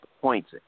points